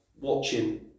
watching